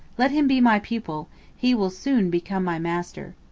let him be my pupil he will soon become my master.